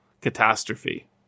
catastrophe